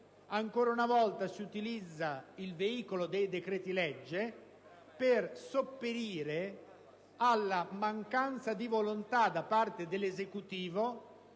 Ancora una volta, quindi, si utilizza il veicolo dei decreti-legge per sopperire alla mancanza di volontà da parte dell'Esecutivo